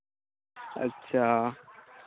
अच्छा